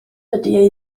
dydy